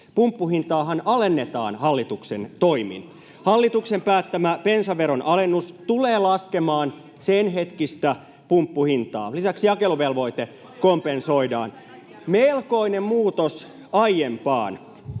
Pumppuhintaahan alennetaan hallituksen toimin. Hallituksen päättämä bensaveron alennus tulee laskemaan sen hetkistä pumppuhintaa. [Välihuutoja keskeltä ja vasemmalta] Lisäksi jakeluvelvoite kompensoidaan. Melkoinen muutos aiempaan.